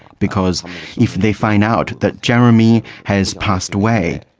because if they find out that jeremy has passed away,